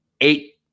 eight